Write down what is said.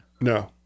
No